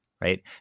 right